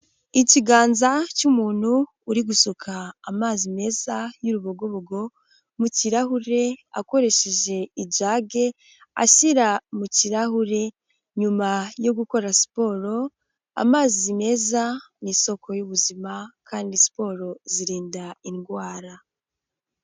Ikiganza cy'umuntu uri gusuka amazi meza y'urubogobogo mu kirahure akoresheje ijage ashyira mu kirahure, nyuma yo gukora siporo, amazi meza ni isoko y'ubuzima kandi siporo zirinda indwara.